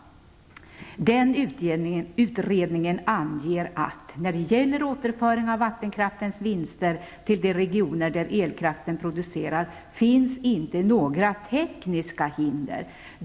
Den utredningen anger att det när det gäller återföring av vattenkraftens vinster till de regioner där elkraften produceras inte finns några tekniska hinder.